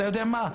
אתה יודע מה,